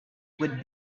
would